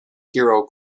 hero